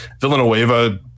Villanueva